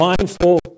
mindful